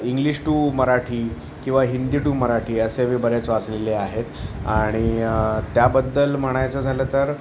English to Marathi किंवा Hindi to Marathi असे मी बरेच वाचलेले आहेत आणि त्याबद्दल म्हणायचं झालं तर